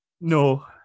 No